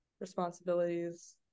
responsibilities